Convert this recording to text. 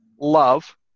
love